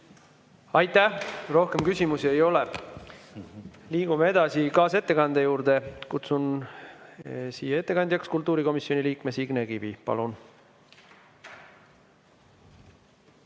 Aitäh! Rohkem küsimusi ei ole. Liigume edasi kaasettekande juurde. Kutsun ettekandjaks kultuurikomisjoni liikme Signe Kivi. Palun!